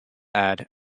add